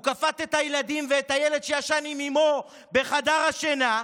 הוא כפת את הילדים ואת הילד שישן עם אימו בחדר השינה,